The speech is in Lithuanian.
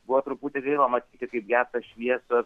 buvo truputį gaila matyti kaip gęsta šviesos